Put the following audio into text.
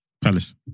Palace